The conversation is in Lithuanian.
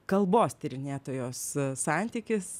kalbos tyrinėtojos santykis